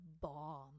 bomb